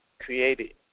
created